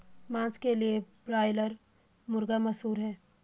मांस के लिए ब्रायलर मुर्गा मशहूर है